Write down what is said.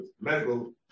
medical